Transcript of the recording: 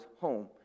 home